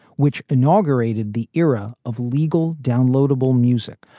which inaugurated the era of legal downloadable music.